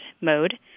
mode